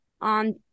on